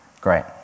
Great